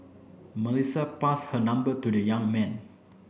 Melissa passed her number to the young man